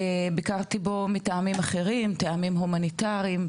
ביקרתי בו מטעמים אחרים, טעמים הומניטריים.